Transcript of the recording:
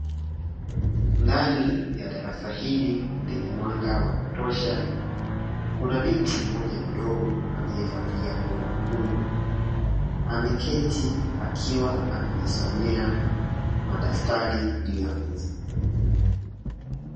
Ndani ya darasa hili lenye mwanga wa kutosha kuna binti mmoja mdogo, aliyevalia nguo nyekundu ameketi akiwa anajisomea madaftari juu ya meza.